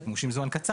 אלא לזמן קצר.